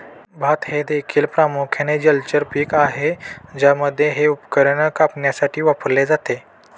भात हे देखील प्रामुख्याने जलचर पीक आहे ज्यासाठी हे उपकरण कापण्यासाठी वापरले जाते